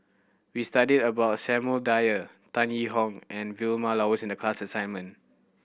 we studied about Samuel Dyer Tan Yee Hong and Vilma Laus in the class assignment